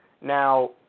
Now